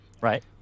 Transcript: Right